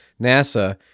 NASA